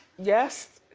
yes,